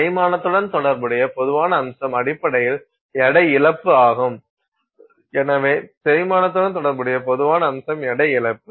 தேய்மானத்துடன் தொடர்புடைய பொதுவான அம்சம் அடிப்படையில் எடை இழப்பு ஆகும் எனவேதேய்மானத்துடன் தொடர்புடைய பொதுவான அம்சம் எடை இழப்பு